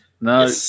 No